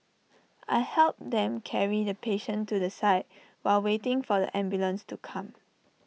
I helped them carry the patient to the side while waiting for the ambulance to come